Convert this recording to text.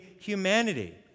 humanity